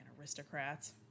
aristocrats